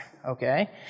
okay